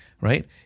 right